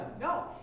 no